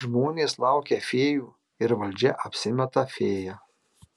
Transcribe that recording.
žmonės laukia fėjų ir valdžia apsimeta fėja